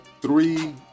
three